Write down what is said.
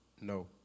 No